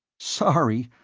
sorry,